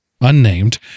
unnamed